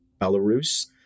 Belarus